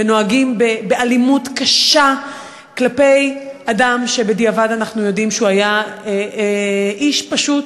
ונוהגים באלימות קשה כלפי אדם שבדיעבד אנחנו יודעים שהוא היה איש פשוט,